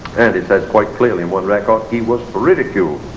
it's says quite clearly in one record he was ridiculed